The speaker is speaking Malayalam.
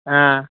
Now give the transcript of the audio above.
ആ